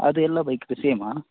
ಅದು ಎಲ್ಲ ಬೈಕಿಗೂ ಸೇಮಾ